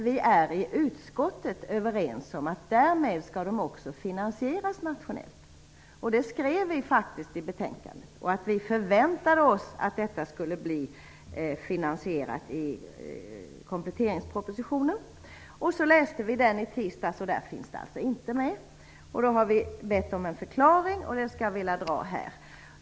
Vi är i utskottet överens om att de därmed också skall finansieras nationellt. Vi skrev i betänkandet att vi förväntade oss pengar till dessa i kompletteringspropositionen. I tisdags läste vi den och fann att de inte finns med. Vi har bett om en förklaring, som jag vill föra vidare till kammren.